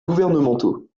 gouvernementaux